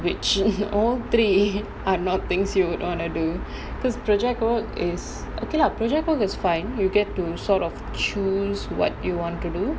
which all three are not things you would want to do because project work is okay lah project work is fine you get to sort of choose what you want to do